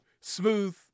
Smooth